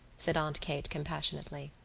said aunt kate compassionately.